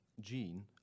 gene